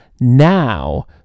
now